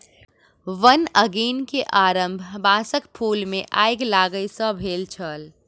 वन अग्नि के आरम्भ बांसक फूल मे आइग लागय सॅ भेल छल